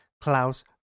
Klaus